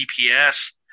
GPS